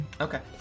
Okay